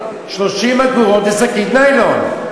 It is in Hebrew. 30 אגורות לשקית ניילון.